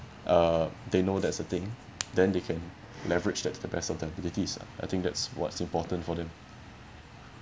uh they know that's a thing then they can leverage that to the best of their abilities ah I think that's what's important for them